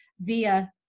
via